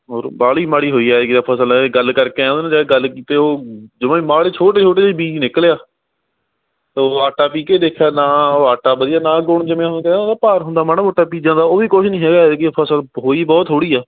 ਔਰ ਬਾਹਲੀ ਮਾੜੀ ਹੋਈ ਆ ਐਤਕੀ ਤਾਂ ਫਸਲ ਗੱਲ ਕਰਕੇ ਆਇਆਂ ਉਹਦੇ ਨਾਲ ਜਾ ਕੇ ਗੱਲ ਕੀਤੀ ਉਹ ਜਮ੍ਹਾਂ ਹੀ ਮਾੜੀ ਛੋਟੇ ਛੋਟੇ ਜਿਹੇ ਬੀਜ ਨਿਕਲੇ ਆ ਤਾਂ ਉਹ ਆਟਾ ਪੀਹ ਕੇ ਦੇਖਿਆ ਨਾ ਉਹ ਆਟਾ ਵਧੀਆ ਨਾ ਗੁਣ ਜਿਵੇਂ ਹੁਣ ਕਹਿੰਦੇ ਉਹਦਾ ਭਾਰ ਹੁੰਦਾ ਮਾੜਾ ਮੋਟਾ ਬੀਜਾਂ ਦਾ ਉਹ ਵੀ ਕੁਝ ਨਹੀਂ ਹੈਗਾ ਐਤਕੀ ਫਸਲ ਹੋਈ ਬਹੁਤ ਥੋੜ੍ਹੀ ਆ